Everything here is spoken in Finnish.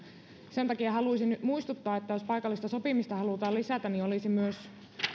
sen takia haluaisin muistuttaa että jos paikallista sopimista halutaan lisätä olisi myös